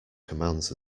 commands